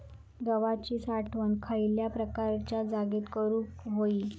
गव्हाची साठवण खयल्या प्रकारच्या जागेत करू होई?